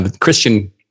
Christian